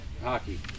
Hockey